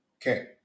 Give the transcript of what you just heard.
Okay